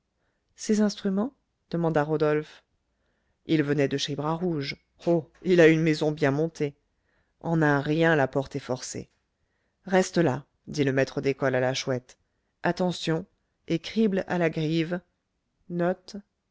ces instruments demanda rodolphe ils venaient de chez bras rouge oh il a une maison bien montée en un rien la porte est forcée reste là dit le maître d'école à la chouette attention et crible à la grive